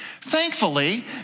Thankfully